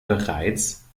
bereits